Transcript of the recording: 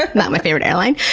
ah not my favorite airline.